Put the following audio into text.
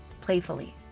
playfully